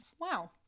Wow